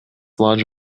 large